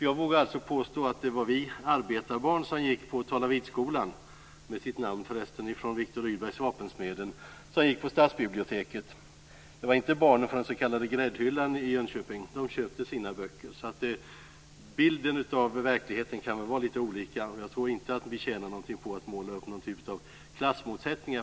Jag vågar påstå att det var vi arbetarbarn som gick på Talavidskolan, med sitt namn för resten från Viktor Rydbergs Vapensmeden, som gick på stadsbiblioteket. Det var inte barn från den s.k. gräddhyllan i Jönköping. De köpte sina böcker. Bilden av verkligheten kan vara litet olika. Jag tror inte att vi tjänar någonting på att måla upp någon typ av klassmotsättningar.